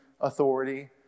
authority